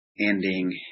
ending